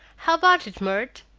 how about it, myrt?